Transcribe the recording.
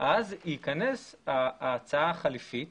אז תיכנס ההצעה החליפית